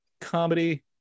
comedy